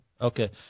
Okay